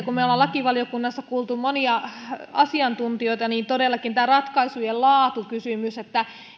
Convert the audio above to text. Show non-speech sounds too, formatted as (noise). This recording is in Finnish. (unintelligible) kun me olemme lakivaliokunnassa todellakin kuulleet monia asiantuntijoita tästä ratkaisujen laatukysymyksestä